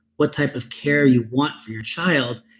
what type of care you want for your child,